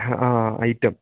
ആ ഐറ്റം